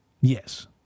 Yes